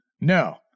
No